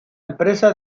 empresa